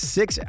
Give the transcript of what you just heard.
six